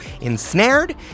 ensnared